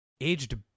aged